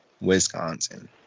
Wisconsin